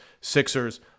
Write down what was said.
Sixers